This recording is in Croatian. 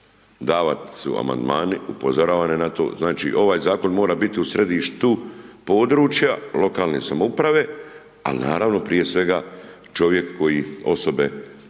Davani su amandmani, upozoravan je na to. Znači ovaj zakon mora biti u središtu područja lokalne samouprave, ali naravno, prije svega čovjek koji, osobe,